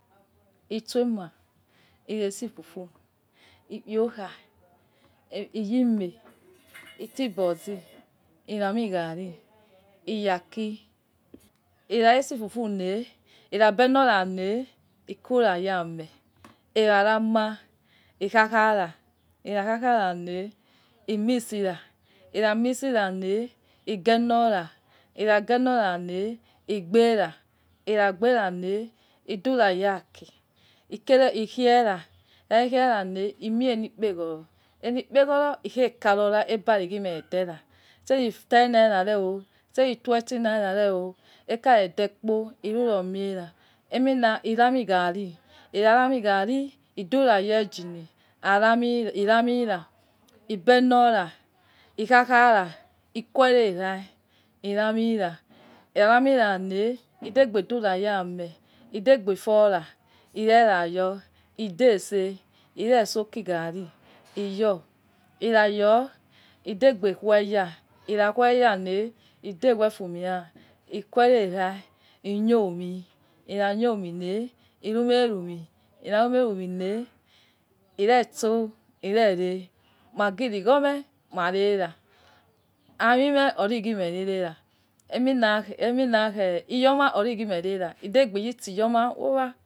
Isu a ma itse fuffu, ikpio khai, iyime, itsu bo ozi, irami gari, iyaki, ikha itszese fufu ya, ame aikha rama ikha kha ra i mix ra, ikha mix ra le ighelo ra, ikha ghe lora le igbe ra, ikha gbera le ichu ra aki ikere ikhaina ikha khaira le imie le ekpeghoro aile ekpeghoro ighe kari ra aibaghime de ra. Sai ten nairo re, sai tio enty naira re akare dekpo iru kiomie ra emima irami ghani ikho rami gari idura ye engine ira mira aigelo ra, ikha kha ra ikhue rai irauni ra ikha ra mile idegbe khuli aima lilto khai ya ame idegbe fuo ira, irera yo iude ese re soak gari iyo ra. Ikhayo idegbe khueya ikha khueya le idegbe ghue fuemaya iyom ikha khiomi le iruma aniruemie ikha rumairu nie le ireso irere magi lagwo meeh mare ra aimimie ora gheme ra ra idegbe yi isi yoma iya rue.